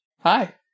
Hi